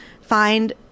find